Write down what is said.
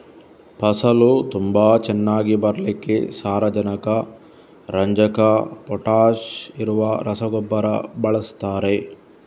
ಫಸಲು ತುಂಬಾ ಚೆನ್ನಾಗಿ ಬರ್ಲಿಕ್ಕೆ ಸಾರಜನಕ, ರಂಜಕ, ಪೊಟಾಷ್ ಇರುವ ರಸಗೊಬ್ಬರ ಬಳಸ್ತಾರೆ